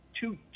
two